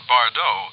Bardot